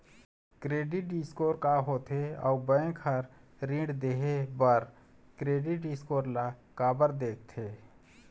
Credit score का होथे अउ बैंक हर ऋण देहे बार क्रेडिट स्कोर ला काबर देखते?